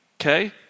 okay